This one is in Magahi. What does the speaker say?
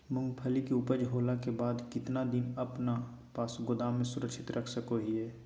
मूंगफली के ऊपज होला के बाद कितना दिन अपना पास गोदाम में सुरक्षित रख सको हीयय?